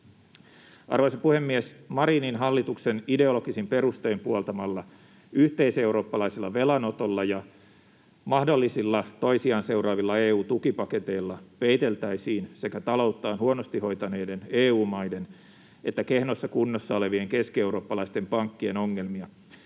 Arvoisa puhemies! Marinin hallituksen ideologisin perustein puoltamalla yhteiseurooppalaisella velanotolla ja mahdollisilla toisiaan seuraavilla EU-tukipaketeilla peiteltäisiin sekä talouttaan huonosti hoitaneiden EU-maiden että kehnossa kunnossa olevien keskieurooppalaisten pankkien ongelmia